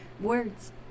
words